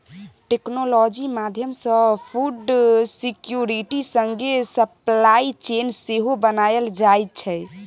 technology माध्यमसँ food security संगे supply chain सेहो बनाएल जाइ छै